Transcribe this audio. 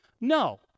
No